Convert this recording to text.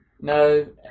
No